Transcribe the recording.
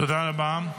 תודה רבה.